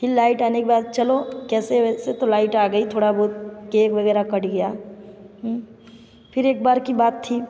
फिर लाइट आने के बाद चलो कैसे वैसे तो लाइट आ गई थोड़ा बहुत केक वग़ैरह कट गया फिर एक बार की बात थी